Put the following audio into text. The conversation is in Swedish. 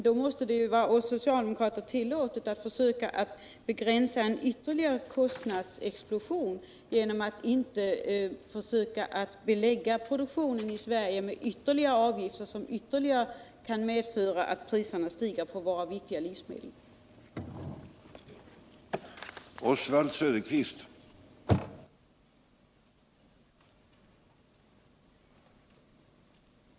Då måste det vara oss socialdemokrater tillåtet att försöka begränsa en ytterligare kostnadsexplosion genom att försöka se till att produktionen i Sverige inte beläggs med ytterligare avgifter, som kan medföra att priserna på våra viktiga livsmedel stiger ännu mer.